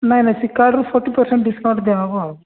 ନାଇଁ ନାଇଁ ସେ କାର୍ଡ଼୍ରୁ ଫର୍ଟି ପର୍ସେଣ୍ଟ୍ ଦିଆ ହେବ ଆଉ